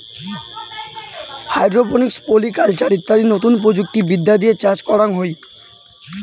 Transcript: hydroponics, polyculture ইত্যাদি নতুন প্রযুক্তি বিদ্যা দিয়ে চাষ করাঙ হই